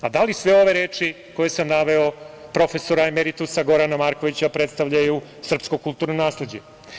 A da li sve ove reči koje sam naveo profesora emeritusa Gorana Markovića predstavljaju srpsko kulturno nasleđe?